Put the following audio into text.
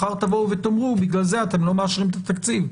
מחר תבואו ותאמרו שבגלל זה אתם לא מאשרים את התקציב.